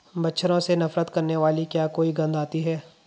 मच्छरों से नफरत करने वाली क्या कोई गंध आती है?